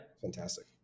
fantastic